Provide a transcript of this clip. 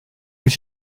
wyt